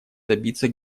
добиться